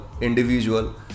individual